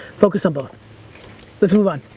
focus on both. let's move on.